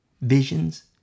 Visions